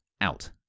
out